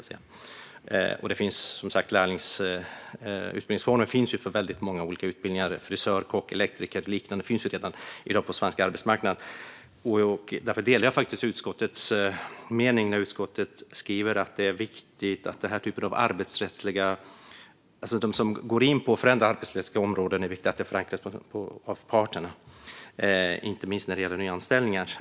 Utbildningsformen finns också redan i dag för väldigt många olika utbildningar - frisör, kock, elektriker och liknande - på den svenska arbetsmarknaden. Därför delar jag utskottets mening när utskottet skriver att det är viktigt att sådana här arbetsrättsliga förändringar är förankrade hos parterna, inte minst när det gäller nyanställningar.